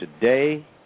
today